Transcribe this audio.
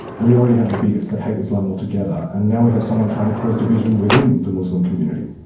we already have the bigots that hate islam altogether, and now we have someone trying to cause division within the muslim community.